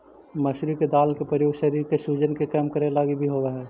मसूरी के दाल के प्रयोग शरीर के सूजन के कम करे लागी भी होब हई